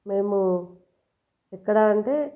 మేము ఎక్కడ అంటే